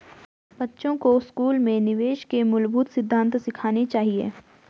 बच्चों को स्कूल में निवेश के मूलभूत सिद्धांत सिखाने चाहिए